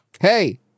Hey